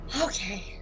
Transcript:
Okay